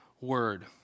word